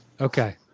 Okay